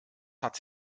hat